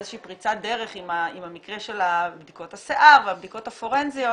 איזושהי פריצת דרך עם המקרה של בדיקות השיער והבדיקות הפורנזיות,